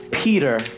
Peter